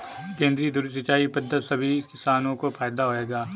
केंद्रीय धुरी सिंचाई पद्धति सभी किसानों को फायदा देगा